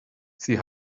sie